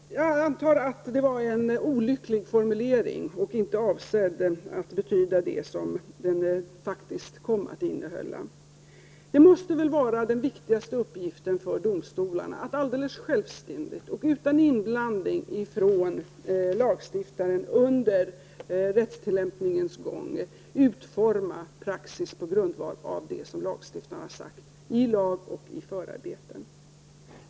Jag antar att det var en olycklig formulering -- en formulering som inte var avsedd att betyda vad den faktiskt kom att innebära. Den viktigaste uppgiften för domstolarna måste väl vara att alldeles självständigt och utan inblandning från lagstiftaren under rättstillämpningens gång utforma praxis på grundval av vad lagstiftaren har sagt i lag och förarbeten.